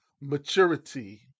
maturity